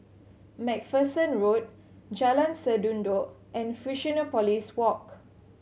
Macpherson Road Jalan Sendudok and Fusionopolis Walk